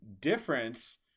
difference